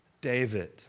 David